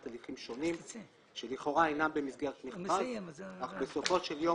הליכים שונים שלכאורה אינם במסגרת מכרז אך בסופו של יום